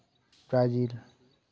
Brazil